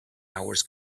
hours